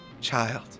child